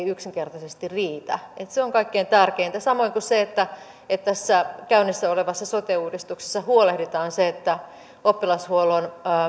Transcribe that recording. yksinkertaisesti riitä se on kaikkein tärkeintä samoin kuin se että että tässä käynnissä olevassa sote uudistuksessa huolehditaan siitä että oppilashuollon